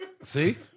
See